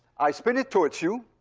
i spin it towards you.